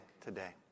today